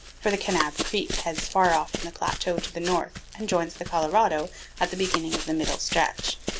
for the kanab creek heads far off in the plateau to the north and joins the colorado at the beginning of the middle stretch.